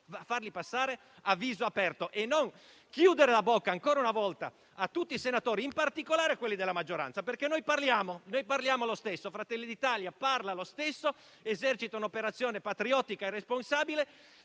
farli passare a viso aperto e non chiudere la bocca ancora una volta a tutti i senatori, in particolare a quelli della maggioranza. Come Gruppo Fratelli d'Italia, infatti, noi parliamo lo stesso, esercitando un'operazione patriottica e responsabile